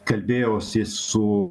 kalbėjausi su